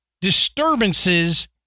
disturbances